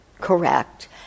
correct